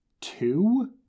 two